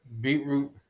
beetroot